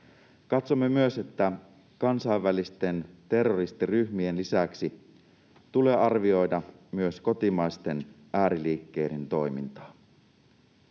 Katsomme myös, että kansainvälisten terroristiryhmien lisäksi tulee arvioida kotimaisten ääriliikkeiden toimintaa.